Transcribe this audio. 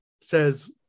says